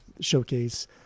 showcase